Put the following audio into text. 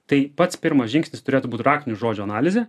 tai pats pirmas žingsnis turėtų būt raktinių žodžių analizė